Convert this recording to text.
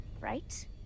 Right